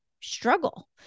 struggle